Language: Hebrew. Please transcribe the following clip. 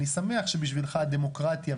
והשני הוא שיש דבר אחד שאנחנו מתקנים